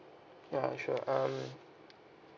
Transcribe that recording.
ya sure um